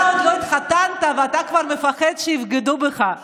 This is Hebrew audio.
אתה עוד לא התחתנת ואתה כבר מפחד שיבגדו בך.